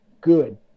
Good